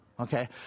Okay